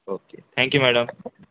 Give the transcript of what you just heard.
okay thank you madam